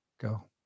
go